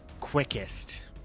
quickest